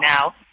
now